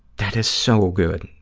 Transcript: that is so good.